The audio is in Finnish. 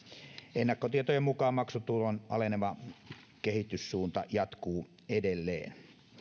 ennakkotietojen mukaan maksutulon aleneva kehityssuunta jatkuu edelleen